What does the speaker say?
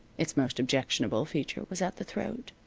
its most objectionable feature was at the throat.